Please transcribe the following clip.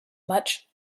much